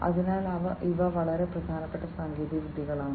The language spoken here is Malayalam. അതിനാൽ ഇവ വളരെ പ്രധാനപ്പെട്ട സാങ്കേതികവിദ്യകളാണ്